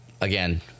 again